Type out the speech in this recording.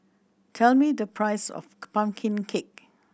tell me the price of pumpkin cake